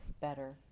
better